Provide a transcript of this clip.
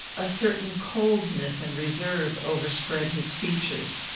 a certain coldness and reserve overspread his features.